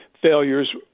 failures